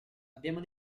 abbiamo